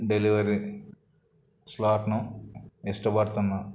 delivery స్లాట్ను ఇష్టపడుతున్నాను